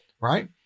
right